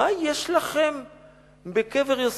מה יש לכם בקבר-יוסף?